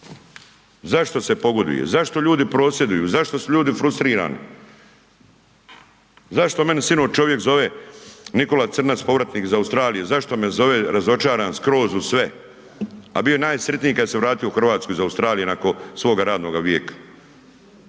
Zašto se pogoduje, zašto ljudi prosvjeduju, zašto su ljudi frustrirani? Zašto mene sinoć čovjek zove Nikola Crnac povratnik iz Australije zašto me zove razočaran skroz u sve, a bio je najsretniji kada se vratio u Hrvatsku iz Australije nakon svoga radnoga vijeka?